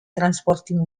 transporting